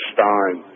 Stein